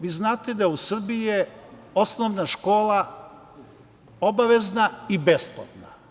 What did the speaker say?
Vi znate da je u Srbiji je osnovna škola obavezna i besplatna.